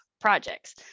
projects